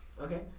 Okay